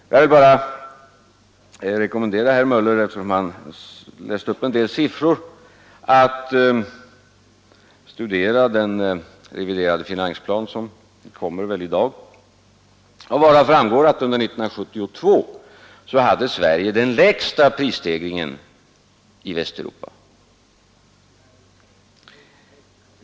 Jag vill bara rekommendera herr Möller, eftersom han läste upp en del siffror, att studera den reviderade finansplanen som väl kommer i dag och varav framgår att under 1972 hade Sverige den lägsta prisstegringen i Västeuropa.